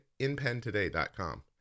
InPenToday.com